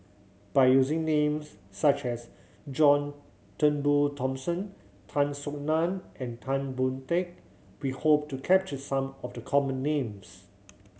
by using names such as John Turnbull Thomson Tan Soo Nan and Tan Boon Teik we hope to capture some of the common names